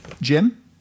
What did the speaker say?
Jim